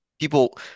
People